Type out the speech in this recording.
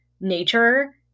nature